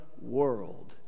world